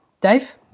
Dave